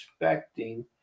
expecting